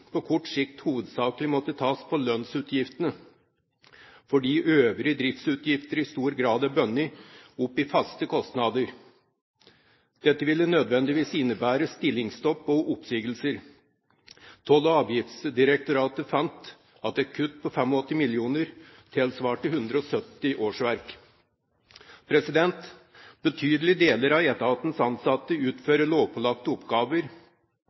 på kort sikt hovedsakelig måtte tas på lønnsutgiftene, fordi øvrige driftsutgifter i stor grad er bundet opp i faste kostnader. Dette ville nødvendigvis innebære stillingsstopp og oppsigelser. Toll- og avgiftsdirektoratet fant at et kutt på 85 mill. kr tilsvarte 170 årsverk. Betydelige deler av etatens ansatte utfører lovpålagte oppgaver